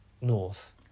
North